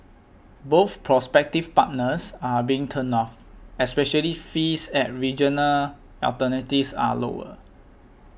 both prospective partners are being turned off especially fees at regional alternatives are lower